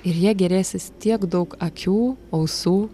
ir ja gėrėsis tiek daug akių ausų